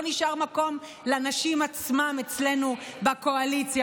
נשאר מקום לנשים עצמן אצלנו בקואליציה,